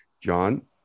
John